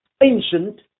ancient